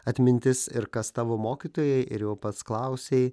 atmintis ir kas tavo mokytojai ir jau pats klausei